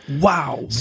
wow